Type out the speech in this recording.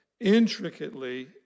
intricately